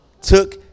took